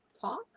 talk